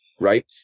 right